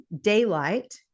daylight